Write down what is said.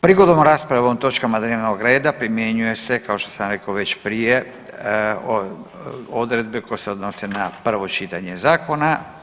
Prigodom rasprave o ovim točkama dnevnog reda primjenjuje se kao što sam rekao već prije odredbe koje se odnose na prvo čitanje zakona.